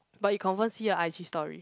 but you confirm see her i_g story